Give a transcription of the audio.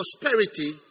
prosperity